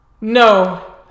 no